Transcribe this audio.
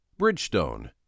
Bridgestone